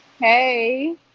hey